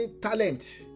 talent